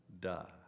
die